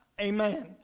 Amen